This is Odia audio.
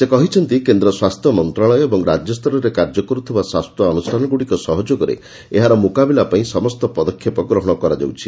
ସେ କହିଛନ୍ତି କେନ୍ଦ ସ୍ୱାସ୍ଥ୍ୟ ମନ୍ତ୍ରଶାଳୟ ଏବଂ ରାଜ୍ୟସ୍ତରରେ କାର୍ଯ୍ୟ କରୁଥିବା ସ୍ୱାସ୍ଥ୍ୟ ଅନୁଷ୍ଠାନଗୁଡ଼ିକ ସହଯୋଗରେ ଏହାର ମୁକାବିଲା ପାଇଁ ସମସ୍ତ ପଦକ୍ଷେପ ଗ୍ରହଣ କରାଯାଉଛି